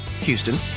Houston